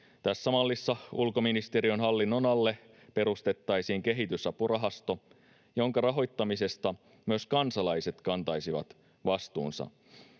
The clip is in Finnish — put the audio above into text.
Tässä mallissa ulkoministeriön hallinnon alle perustettaisiin kehitysapurahasto, jonka rahoittamisesta myös kansalaiset kantaisivat vastuunsa.